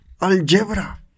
algebra